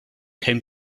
came